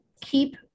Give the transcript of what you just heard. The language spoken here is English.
Keep